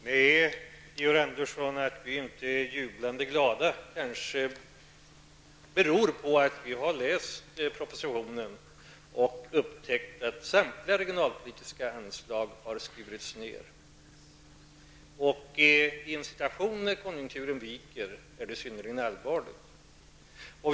Herr talman! Nej, Georg Andersson: Att vi kanske inte är jublande glada beror möjligen på att vi har läst propositionen och upptäckt att samtliga regionalpolitiska anslag har skurits ned. I en vikande konjunktur är detta synnerligen allvarligt.